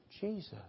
Jesus